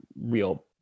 real